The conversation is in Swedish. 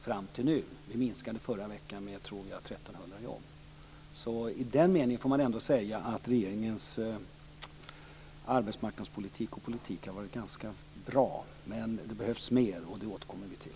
Förra veckan tror jag att antalet jobb minskade med 1 300. I den meningen får man ändå säga att regeringens arbetsmarknadspolitik har varit ganska bra, men det behövs mer. Det återkommer vi till.